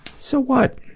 so what,